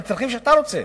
לצרכים שאתה רוצה.